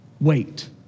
wait